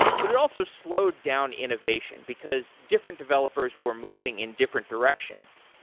but it also slowed down innovation, because different developers were moving in different directions.